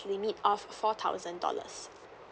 limit of four thousand dollars